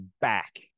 back